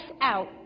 out